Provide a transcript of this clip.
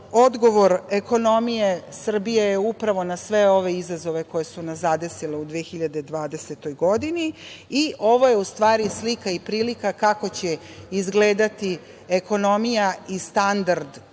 Odgovor ekonomije Srbije je upravo na sve ove izazove koji su nas zadesili u 2020. godini i ovo je u stvari slika i prilika kako će izgledati ekonomija i standard